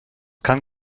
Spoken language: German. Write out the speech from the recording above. kann